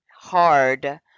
hard